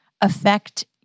affect